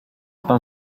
pan